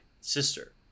sister